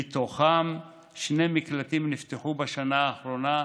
ומתוכם שני מקלטים נפתחו בשנה האחרונה,